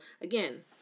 again